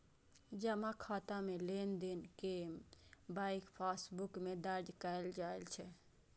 जमा खाता मे लेनदेन कें बैंक पासबुक मे दर्ज कैल जाइ छै